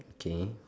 okay